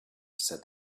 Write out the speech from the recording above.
said